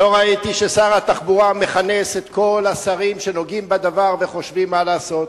לא ראיתי ששר התחבורה מכנס את כל השרים שנוגעים בדבר וחושבים מה לעשות.